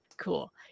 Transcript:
cool